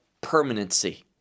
permanency